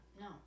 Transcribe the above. No